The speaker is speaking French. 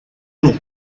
nom